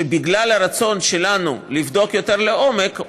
שבגלל הרצון שלנו לבדוק יותר לעומק,